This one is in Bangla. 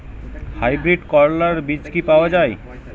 হাইব্রিড করলার বীজ কি পাওয়া যায়?